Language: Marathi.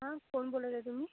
हां कोण बोलत आहे तुम्ही